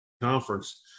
conference